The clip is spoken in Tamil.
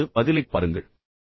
இரண்டாவது பதிலைப் பாருங்கள்